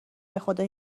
بخدا